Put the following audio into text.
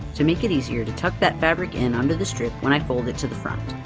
to make it easier to tuck that fabric in under the strip when i fold it to the front.